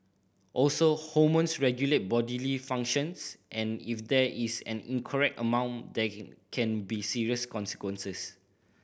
also hormones regulate bodily functions and if there is an incorrect amount there can be serious consequences